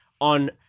on